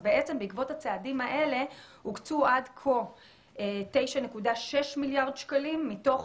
בעקבות הצעדים האלה הוקצו עד כה 9.6 מיליארד שקלים מתוך